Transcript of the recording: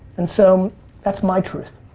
and so that's my truth.